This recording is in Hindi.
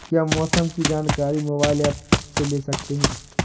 क्या मौसम की जानकारी मोबाइल ऐप से ले सकते हैं?